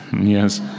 Yes